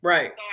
Right